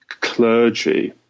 clergy